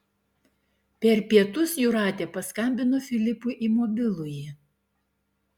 per pietus jūratė paskambino filipui į mobilųjį